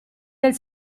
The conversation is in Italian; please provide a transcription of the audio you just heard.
del